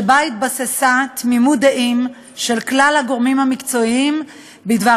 שבה התבססה תמימות דעים של כלל הגורמים המקצועיים בדבר